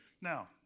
Now